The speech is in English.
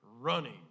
running